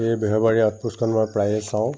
এই বেহৰবাৰী আউটপোষ্টখন মই প্ৰায়ে চাওঁ